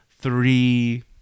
three